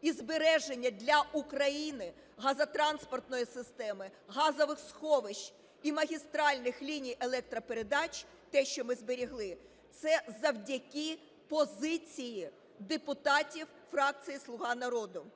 і збереження для України газотранспортної системи, газових сховищ і магістральних ліній електропередач, те, що ми зберегли, це завдяки позиції депутатів фракції "Слуга народу".